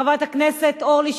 חברת הכנסת אורלי לוי,